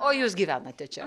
o jūs gyvenate čia